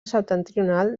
septentrional